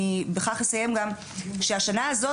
שהשנה הזאת,